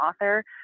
author